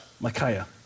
Micaiah